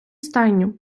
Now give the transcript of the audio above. стайню